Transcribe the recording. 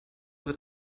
wird